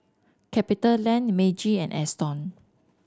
Capitaland Meiji and Astons